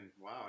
wow